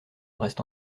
brest